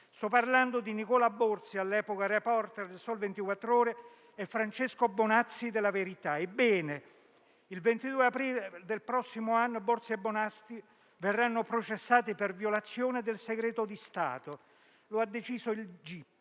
Sto parlando di Nicola Borzi, all'epoca *reporter* del quotidiano «Il Sole 24 Ore», e di Francesco Bonazzi, de «La Verità». Ebbene, il 22 aprile del prossimo anno, Borzi e Bonazzi verranno processati per violazione del segreto di Stato. Lo ha deciso il